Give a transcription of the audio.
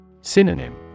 Synonym